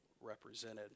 represented